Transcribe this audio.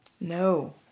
No